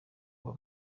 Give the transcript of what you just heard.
ubu